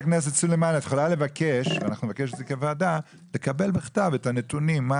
נבקש זאת כוועדה לקבל את הנתונים בכתב,